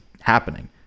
happening